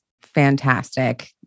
fantastic